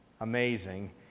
amazing